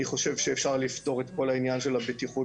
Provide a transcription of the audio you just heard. אני חושב שאפשר לפתור את כל העניין של הבטיחות